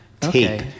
Tape